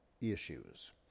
issues